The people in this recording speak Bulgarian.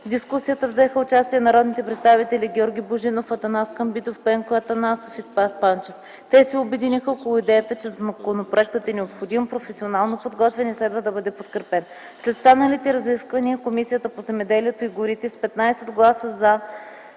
В дискусията взеха участие народните представители Георги Божинов, Атанас Камбитов, Пенко Атанасов и Спас Панчев. Те се обединиха около идеята, че законопроектът е необходим, професионално подготвен и следва да бъде подкрепен. След станалите разисквания, Комисията по земеделието и горите с 15 гласа “за”,